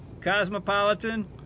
cosmopolitan